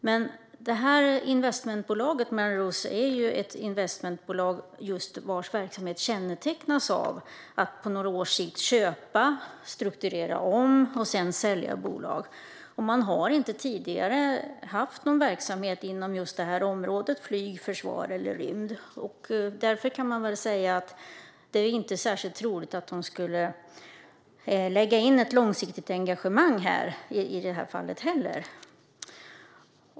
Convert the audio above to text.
Men Melrose är ett investmentbolag vars verksamhet kännetecknas av att man köper, strukturerar om och på några års sikt säljer bolag. Man har inte tidigare haft någon verksamhet inom området flyg, försvar eller rymd. Därför är det kanske inte så troligt att Melrose skulle lägga in något långsiktigt engagemang här.